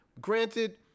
Granted